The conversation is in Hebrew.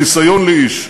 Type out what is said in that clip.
חיסיון לאיש.